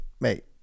mate